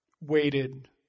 waited